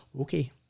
Okay